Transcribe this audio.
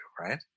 right